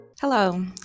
Hello